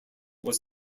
was